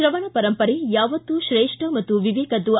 ಶ್ರವಣ ಪರಂಪರೆ ಯಾವತ್ತೂ ತ್ರೇಷ್ಠ ಮತ್ತು ವಿವೇಕದ್ದು